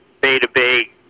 Bay-to-Bay